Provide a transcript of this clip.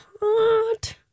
hot